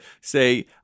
say